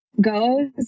goes